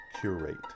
Curate